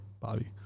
Bobby